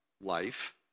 life